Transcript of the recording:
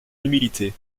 humilité